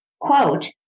quote